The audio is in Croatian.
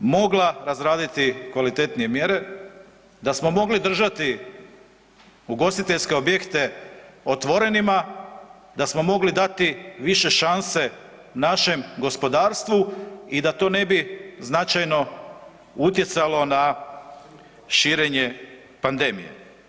Mislim da je struka mogla razraditi kvalitetnije mjere, da smo mogli držati ugostiteljske objekte otvorenima, da smo mogli dati više šanse našem gospodarstvu i da to ne bi značajno utjecalo na širenje pandemije.